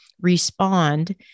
respond